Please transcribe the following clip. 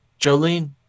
Jolene